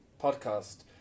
podcast